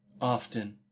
often